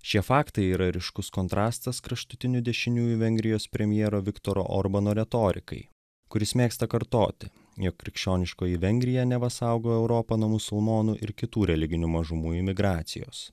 šie faktai yra ryškus kontrastas kraštutinių dešiniųjų vengrijos premjero viktoro orbano retorikai kuris mėgsta kartoti jog krikščioniškoji vengrija neva saugo europą nuo musulmonų ir kitų religinių mažumų imigracijos